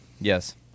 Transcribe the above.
Yes